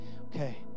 okay